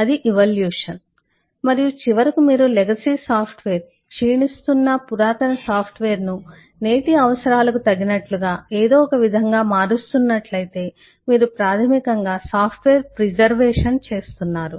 అది evolution evolution పరిణామం మరియు చివరకు మీరు లెగసీ సాఫ్ట్వేర్ క్షీణిస్తున్న సాఫ్ట్వేర్ పురాతన సాఫ్ట్వేర్ ను నేటి అవసరాలకు తగినట్లుగా ఏదో ఒకవిధంగా మారుస్తున్న ట్లయితే మీరు ప్రాథమికంగా సాఫ్ట్వేర్ ప్రిజర్వేషన్ preservation సంరక్షణ చేస్తున్నారు